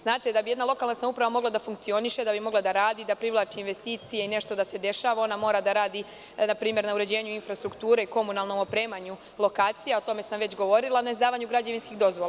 Znate, da bi jedna lokalna samouprava mogla da funkcioniše, da bi mogla da radi, da privlači investicije i nešto da se dešava, ona mora da radi na primer na uređenju infrastrukture, komunalnom opremanju lokacija, o tome sam već govorila, na izdavanju građevinskih dozvola.